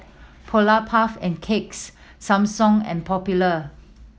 Polar Puff and Cakes Samsung and Popular